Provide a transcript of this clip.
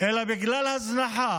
אלא זה בגלל הזנחה,